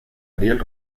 ariel